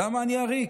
למה אני עריק?